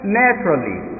naturally